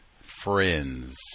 friends